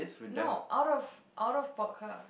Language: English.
no out of out of podcast